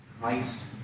Christ